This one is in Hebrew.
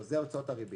זה הוצאות הריבית.